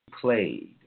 played